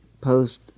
post